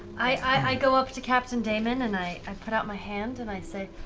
i go up to captain damon and i i put out my hand and i say,